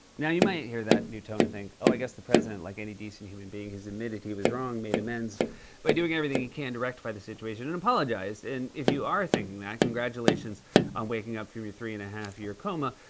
now, you might hear that new tone and think, oh, i guess the president, like any decent human being, has admitted he was wrong, made amends by doing everything he can to rectify the situation, and apologized. and if you are thinking that, congratulations on waking up from your three and one two year coma,